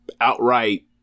outright